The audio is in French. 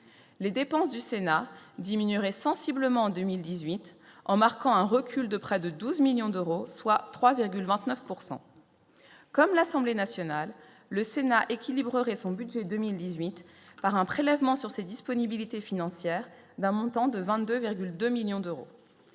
les dépenses du Sénat diminuerait sensiblement en 2018 en marquant un recul de près de 12 millions d'euros, soit 3,29 pourcent comme l'Assemblée nationale, le Sénat équilibreraient son budget 2018 par un prélèvement sur ces disponibilités financières d'un montant de 22,2 millions d'euros